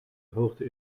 hoogte